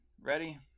Ready